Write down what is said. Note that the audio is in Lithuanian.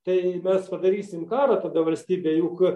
tai mes padarysim karą tada valstybėj juk